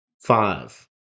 Five